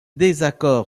désaccord